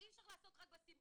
אי אפשר לעסוק רק בסימפטום,